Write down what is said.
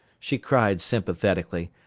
she cried sympathetically,